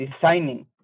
designing